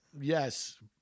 Yes